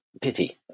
Pity